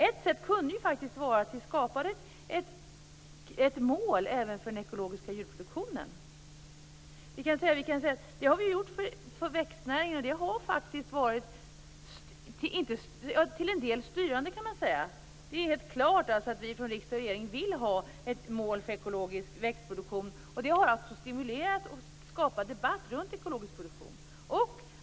Ett sätt kunde faktiskt vara att vi skapade ett mål även för den ekologiska djurproduktionen. Det har vi ju gjort för växtnäringen, och det har faktiskt till en del varit styrande, kan man säga. Det är ju helt klart att vi från riksdag och regering vill ha ett mål för ekologisk växtproduktion. Detta har stimulerat och skapat en debatt kring det här med ekologisk produktion.